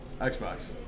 Xbox